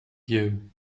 you